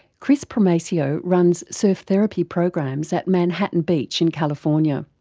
kris primacio runs surf therapy programs at manhattan beach in california.